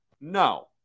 No